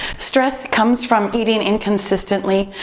stress comes from eating inconsistently.